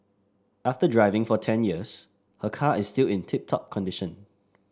after driving for ten years her car is still in tip top condition